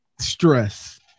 stress